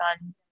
on